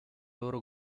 loro